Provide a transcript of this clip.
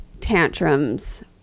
tantrums